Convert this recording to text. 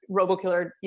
RoboKiller